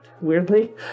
weirdly